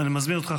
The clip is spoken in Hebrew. ואני מזמין אותך,